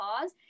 pause